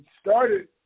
started